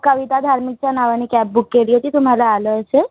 कविता धार्मिकच्या नावाने cab book केली होती तुम्हाला आलं असेल